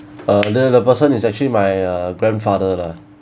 uh then person is actually my uh grandfather lah